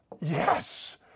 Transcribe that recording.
Yes